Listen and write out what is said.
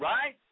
Right